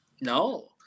No